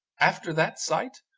after that sight,